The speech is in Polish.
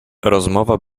rozmowa